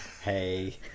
Hey